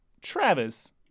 Travis